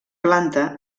planta